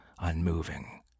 unmoving